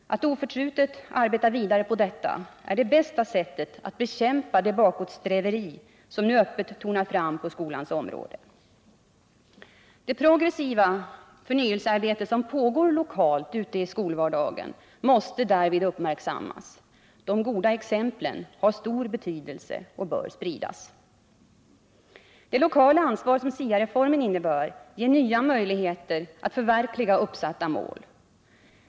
Att oförtrutet arbeta vidare på detta är det bästa sättet att bekämpa det bakåtsträveri som nu öppet tonar fram på skolans område. Det progressiva förnyelsearbete som pågår lokalt ute i skolvardagen måste därvid uppmärksammas. De goda exemplen har stor betydelse och bör spridas. Det lokala ansvar som SIA-reformen innebär ger nya möjligheter att förverkliga uppsatta mål.